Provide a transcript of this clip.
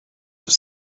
have